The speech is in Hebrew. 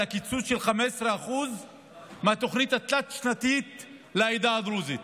על הקיצוץ של 15% מהתוכנית התלת-שנתית לעדה הדרוזית